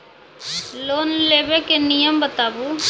Loan लेबे के नियम बताबू?